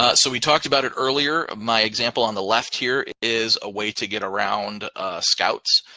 ah so we talked about it earlier. my example on the left here is a way to get around scouts.